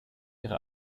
ihre